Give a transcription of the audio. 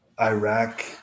Iraq